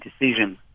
decision